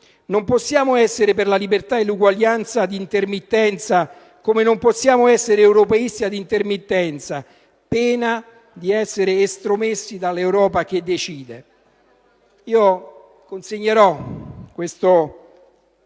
non possiamo essere per la libertà e l'uguaglianza ad intermittenza così come non possiamo essere europeisti ad intermittenza, pena di essere estromessi dall'Europa che decide. L'incidente